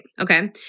okay